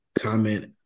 comment